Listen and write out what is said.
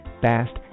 Fast